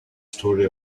story